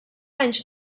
anys